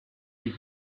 you